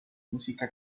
música